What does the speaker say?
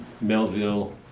Melville